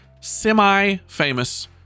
semi-famous